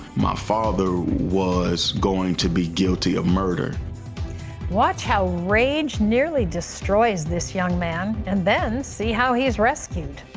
my father was going to be guilty of murder. terry watch how rage nearly destroys this young man. and then see how he is rescued.